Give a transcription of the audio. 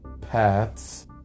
paths